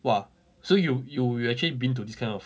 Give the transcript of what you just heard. !wah! so you you you actually been to this kind of